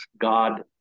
God